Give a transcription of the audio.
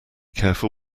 careful